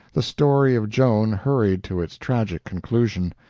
the story of joan hurried to its tragic conclusion.